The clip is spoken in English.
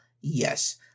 Yes